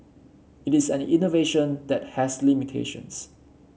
it is an innovation that has limitations